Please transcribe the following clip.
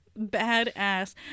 badass